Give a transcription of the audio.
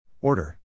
Order